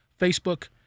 Facebook